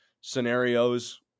scenarios